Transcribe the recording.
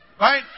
right